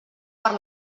per